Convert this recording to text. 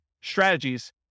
strategies